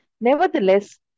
Nevertheless